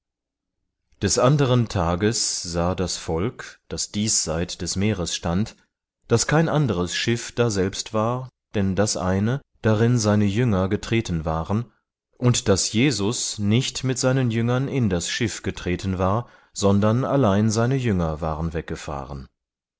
des anderen tages sah das volk das diesseit des meeres stand daß kein anderes schiff daselbst war denn das eine darin seine jünger getreten waren und daß jesus nicht mit seinen jüngern in das schiff getreten war sondern allein seine jünger waren weggefahren